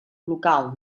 local